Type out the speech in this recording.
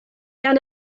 gan